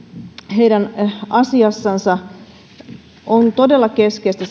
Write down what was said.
heidän asiassansa on todella keskeistä